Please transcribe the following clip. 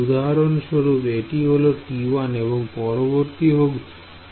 উদাহরণস্বরূপ এটি হলো T1 এবং পরবর্তী গুলো T2 ও T3